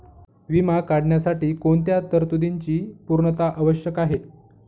विमा काढण्यासाठी कोणत्या तरतूदींची पूर्णता आवश्यक आहे?